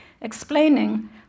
explaining